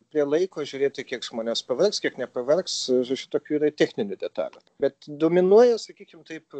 prie laiko žiūrėti kiek žmonės pavargs kiek nepavargs žodžiu tokių yra ir techninių detalių bet dominuoja sakykime taip